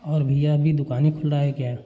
और भैया अभी दुकान खुला है क्या